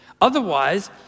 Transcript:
Otherwise